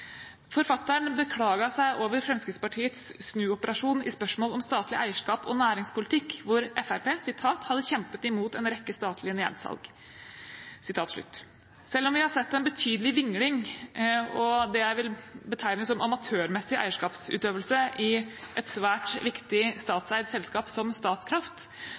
Forfatteren beklaget seg over Fremskrittspartiets snuoperasjon i spørsmål om statlig eierskap og næringspolitikk, hvor Fremskrittspartiet hadde kjempet imot en rekke statlige nedsalg. Selv om vi har sett en betydelig vingling og det jeg vil betegne som amatørmessig eierskapsutøvelse i et svært viktig statseid selskap som Statkraft,